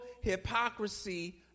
hypocrisy